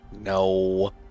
No